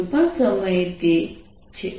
કોઈપણ સમયે તે છે